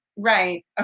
right